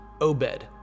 Obed